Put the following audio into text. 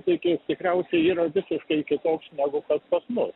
iki tikriausiai yra visiškai kitoks negu pas mus